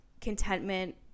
contentment